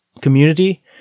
community